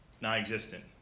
non-existent